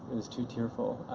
it was too tearful.